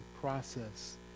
process